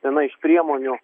viena iš priemonių